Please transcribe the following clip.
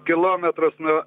kilometras nuo